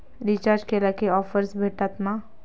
Recharge केला की offers भेटात मा?